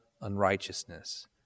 unrighteousness